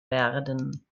werden